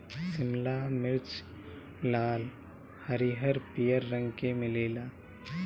शिमला मिर्च लाल, हरिहर, पियर रंग के मिलेला